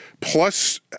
plus